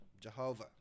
jehovah